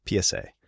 PSA